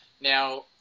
Now